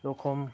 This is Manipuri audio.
ꯑꯗꯣ ꯈꯣꯝ